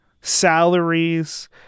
salaries